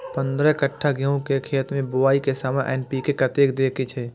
पंद्रह कट्ठा गेहूं के खेत मे बुआई के समय एन.पी.के कतेक दे के छे?